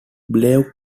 bellevue